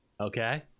Okay